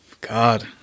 God